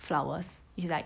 flowers it's like